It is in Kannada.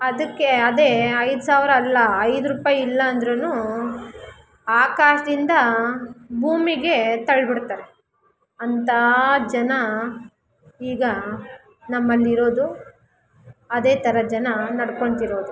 ಅದಕ್ಕೆ ಅದೇ ಐದು ಸಾವಿರ ಅಲ್ಲ ಐದು ರೂಪಾಯಿ ಇಲ್ಲಾಂದ್ರು ಆಕಾಶದಿಂದ ಭೂಮಿಗೆ ತಳ್ಳಿಬಿಡ್ತಾರೆ ಅಂಥ ಜನ ಈಗ ನಮ್ಮಲ್ಲಿರೋದು ಅದೇ ಥರ ಜನ ನಡ್ಕೊಳ್ತಿರೋದು